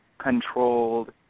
controlled